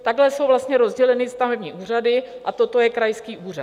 Takhle jsou vlastně rozděleny stavební úřady a toto je krajský úřad.